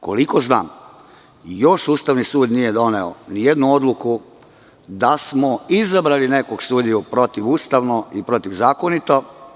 Koliko znam, još Ustavni sud nije doneo nijednu odluku da smo izabrali nekog sudiju protivustavno i protivzakonito.